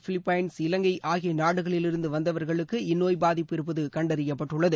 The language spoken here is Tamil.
பிலிப்பைன்ஸ் தபாய் இலங்கைஆகியநாடுகளிலிருந்துவந்தவர்களுக்கு இந்நோய் பாதிப்பு இருப்பதுகண்டறியப்பட்டுள்ளது